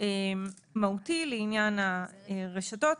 מהותי לעניין הרשתות.